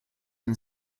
and